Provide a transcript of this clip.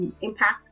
impact